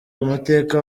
amateka